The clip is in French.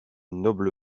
noble